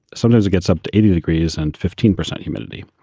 sometimes it gets up to eighty degrees and fifteen percent humidity.